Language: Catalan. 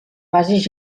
bases